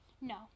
No